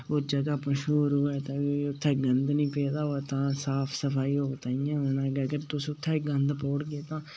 जगह् मश्हूर होए ते उत्थै गंद बी नेईं पेदा होए तां साफ सफाई होग तांइयै औना जेकर तुस उत्थै गंद पान गे तां